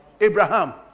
Abraham